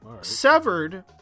Severed